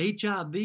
HIV